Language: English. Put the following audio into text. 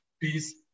Peace